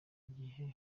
igihe